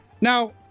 Now